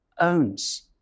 owns